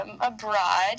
abroad